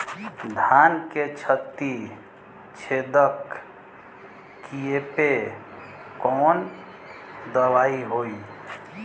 धान के पत्ती छेदक कियेपे कवन दवाई होई?